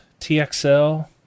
TXL